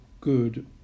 good